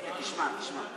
הנה, גם המזכיר אמר,